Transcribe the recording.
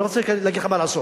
אני לא רוצה להגיד מה לעשות,